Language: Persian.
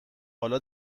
حالا